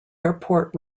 airport